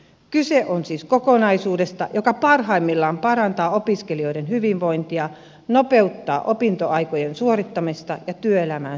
kyse on siis kokonaisuudesta joka parhaimmillaan parantaa opiskelijoiden hyvinvointia nopeuttaa opintoaikojen suorittamista ja työelämään siirtymistä